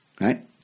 right